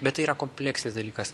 bet tai yra kompleksinis dalykas